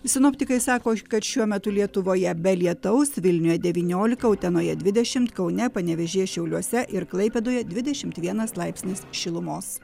sinoptikai sako kad šiuo metu lietuvoje be lietaus vilniuje devyniolika utenoje dvidešim kaune panevėžyje šiauliuose ir klaipėdoje dvidešim vienas laipsnis šilumos